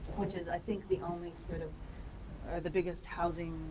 which is, i think, the only, sort of the biggest housing.